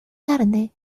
tarde